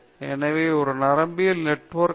எனவே ஒரு நரம்பியல் நெட்வொர்க் ஒன்றை உருவாக்கவும்